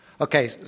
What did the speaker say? Okay